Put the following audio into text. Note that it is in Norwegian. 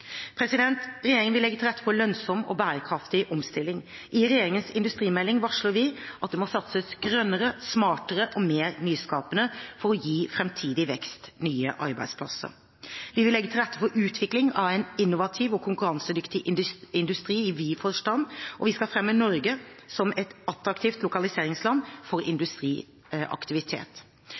Regjeringen vil legge til rette for lønnsom og bærekraftig omstilling. I regjeringens industrimelding varsler vi at det må satses grønnere, smartere og mer nyskapende for å gi fremtidig vekst og nye arbeidsplasser. Vi vil legge til rette for utvikling av en innovativ og konkurransedyktig industri i vid forstand, og vi skal fremme Norge som et attraktivt lokaliseringsland for industriaktivitet.